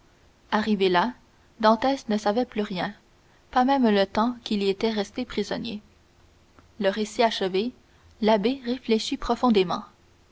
arrivé là dantès ne savait plus rien pas même le temps qu'il y était resté prisonnier le récit achevé l'abbé réfléchit profondément